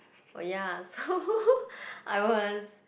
oh ya so I was